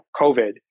COVID